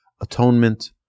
atonement